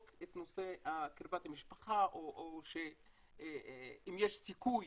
את נושא קרבת המשפחה או אם יש סיכוי